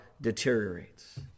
deteriorates